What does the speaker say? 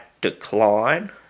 decline